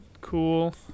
cool